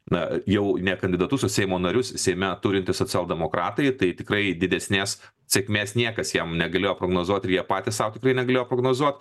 na jau ne kandidatus o seimo narius seime turintys socialdemokratai tai tikrai didesnės sėkmės niekas jiem negalėjo prognozuot ir jie patys sau tikrai negalėjo prognozuot